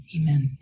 Amen